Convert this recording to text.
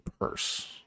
purse